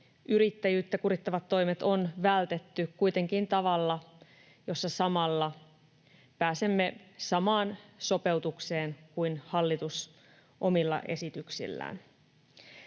yrittäjyyttä kurittavat toimet on vältetty kuitenkin tavalla, jossa samalla pääsemme samaan sopeutukseen kuin hallitus omilla esityksillään.